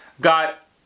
got